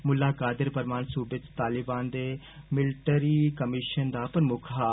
मुल्ला कादिर परवान सूबे च तालिबान दे मिल्ट्री कमीषन दा प्रमुक्ख हा